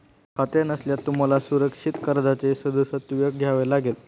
खाते नसल्यास तुम्हाला सुरक्षित कर्जाचे सदस्यत्व घ्यावे लागेल